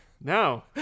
No